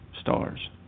stars